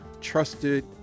trusted